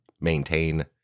maintain